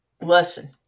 lesson